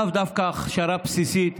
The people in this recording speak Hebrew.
לאו דווקא הכשרה בסיסית,